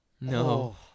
No